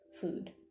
food